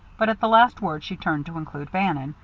but at the last word she turned to include bannon,